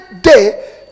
day